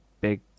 big